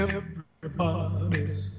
Everybody's